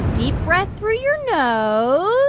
deep breath through you know